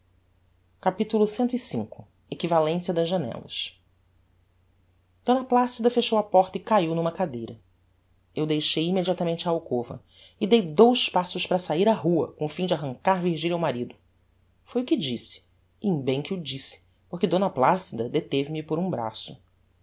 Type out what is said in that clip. porta capitulo cv equivalencia das janellas d placida fechou a porta e caiu n'uma cadeira eu deixei immediatamente a alcova e dei dous passos para sair á rua com o fim de arrancar virgilia ao marido foi o que disse e em bem que o disse porque d placida deteve me por um braço